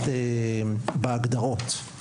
בהגדרות.